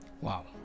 wow